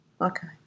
Okay